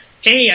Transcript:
hey